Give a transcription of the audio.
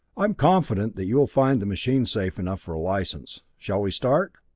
i'm confident that you'll find the machine safe enough for a license. shall we start?